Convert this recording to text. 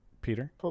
Peter